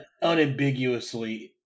unambiguously